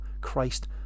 Christ